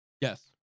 Yes